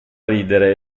ridere